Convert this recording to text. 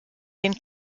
den